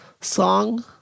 song